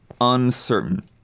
uncertain